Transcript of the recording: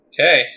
Okay